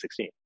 2016